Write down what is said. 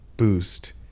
boost